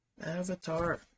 avatar